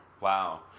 Wow